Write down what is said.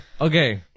Okay